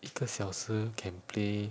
一个小时 can play